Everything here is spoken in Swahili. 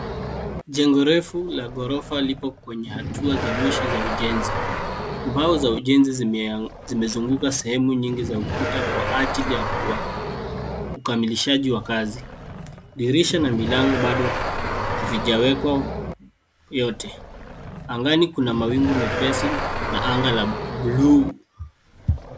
Jengo refu lenye ghorofa nyingi liko katika hatua za mwisho za ujenzi. Mbao za ujenzi zimezunguka sehemu nyingi za ukuta kwa ajili ya uimarishaji. Ukamilishaji wa kazi bado unaendelea; milango na madirisha bado hayajawekwa yote. Angani kuna mawingu meupe na anga ni buluu.